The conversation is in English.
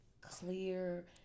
clear